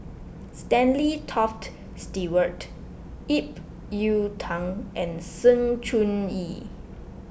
Stanley Toft Stewart Ip Yiu Tung and Sng Choon Yee